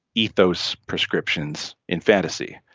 ethos prescriptions in fantasy.